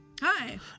Hi